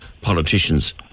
politicians